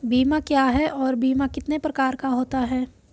बीमा क्या है और बीमा कितने प्रकार का होता है?